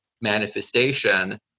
manifestation